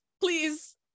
please